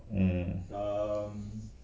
hmm